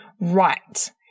right